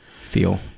feel